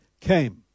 came